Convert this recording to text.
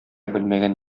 белмәгән